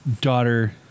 daughter